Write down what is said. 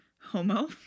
Homo